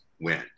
win